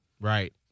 Right